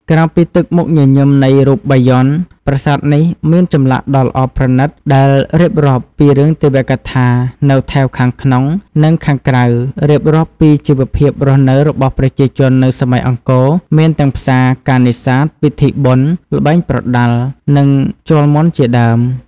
ក្រៅពីទឹកមុខញញឹមនៃរូបបាយ័ន ប្រាសាទនេះមានចម្លាក់ដ៏ល្អប្រណីត ដែលរៀបរាប់ពីរឿងទេវកថានៅថែវខាងក្នុង និងខាងក្រៅរៀបរាប់ពីជីវភាពរស់នៅរបស់ប្រជាជននៅសម័យអង្គរមានទាំងផ្សារ ការនេសាទ ពិធីបុណ្យ ល្បែងប្រដាល់ និងជល់មាន់ជាដើម។